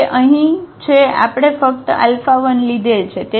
તો તે અહીં છે આપણે ફક્ત α 1 લીધેલ છે